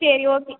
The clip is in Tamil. சரி ஓகே